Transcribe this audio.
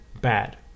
Bad